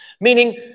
Meaning